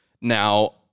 Now